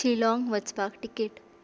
शिलाँग वचपाक तिकेट